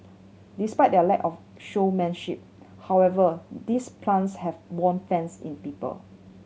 despite their lack of showmanship however these plants have won fans in people